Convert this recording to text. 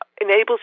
enables